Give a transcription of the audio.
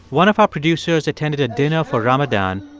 one of our producers attended a dinner for ramadan,